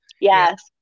Yes